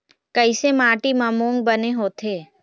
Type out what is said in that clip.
कइसे माटी म मूंग बने होथे?